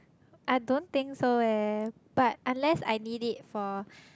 I don't think so eh but unless I need it for